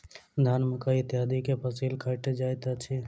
धान, मकई इत्यादि के फसिल काटल जाइत अछि